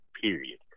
period